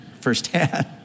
firsthand